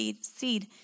seed